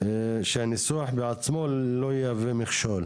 כדי שהוא לא יהווה מכשול.